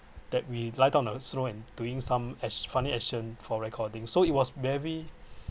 that we lay on the snow and doing some ac~ funny action for recording so it was very